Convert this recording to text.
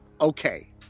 Okay